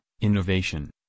innovation